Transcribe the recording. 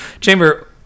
Chamber